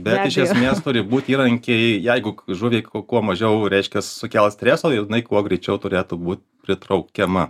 bet iš esmės turi būti įrankiai jeigu žuvį kuo mažiau reiškias sukels stresu jinai kuo greičiau turėtų būt pritraukiama